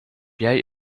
jij